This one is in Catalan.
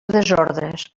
desordres